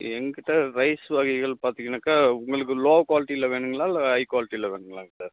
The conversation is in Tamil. எங்கக்கிட்டே ரைஸ் வகைகள் பார்த்தீங்கன்னாக்கா உங்களுக்கு லோ க்வாலிட்டியில் வேணும்ங்களா இல்லை ஹை க்வாலிட்டியில் வேணும்ங்களாங்க சார்